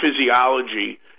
physiology